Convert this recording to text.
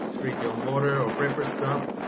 create your own water or prepper stuff,